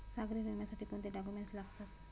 सागरी विम्यासाठी कोणते डॉक्युमेंट्स लागतात?